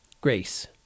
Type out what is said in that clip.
grace